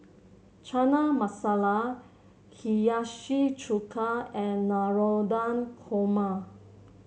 Chana Masala Hiyashi Chuka and Navratan Korma